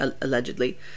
allegedly